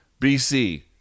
BC